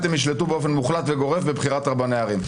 הם ישלטו באופן גורף בבחירת רבני ערים.